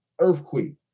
Earthquake